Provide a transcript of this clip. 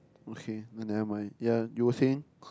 okay then nevermind ya you were saying